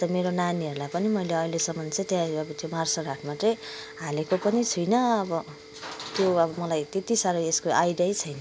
अन्त मेरो नानीहरूलाई पनि मैले अहिलेसम्म चाहिँ त्यहाँ अब त्यो मार्सल आर्टमा चाहिँ हालेको पनि छुइनँ अब त्यो अब मलाई त्यति साह्रो यसको आइडियै छैन